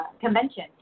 convention